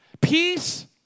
Peace